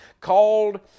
called